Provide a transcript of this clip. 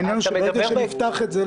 העניין הוא שברגע שנפתח את זה,